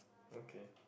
okay